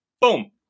Boom